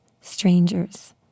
strangers